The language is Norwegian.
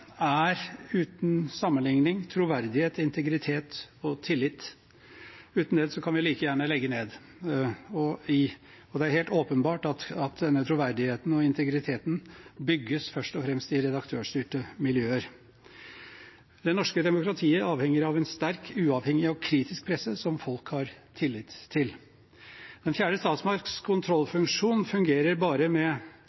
er uten sammenligning troverdighet, integritet og tillit. Uten det kan vi like gjerne legge ned. Det er helt åpenbart at denne troverdigheten og integriteten bygges først og fremst i redaktørstyrte miljøer. Det norske demokratiet avhenger av en sterk, uavhengig og kritisk presse som folk har tillit til. Den fjerde